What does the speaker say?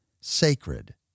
sacred